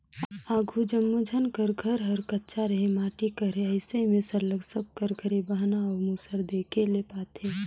आघु जम्मो झन कर घर हर कच्चा रहें माटी कर रहे अइसे में सरलग सब कर घरे बहना अउ मूसर देखे ले पाते